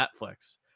Netflix